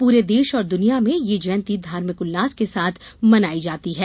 पूरे देश और दुनिया में यह जयंती धार्मिक उल्लास के साथ मनायी जाती है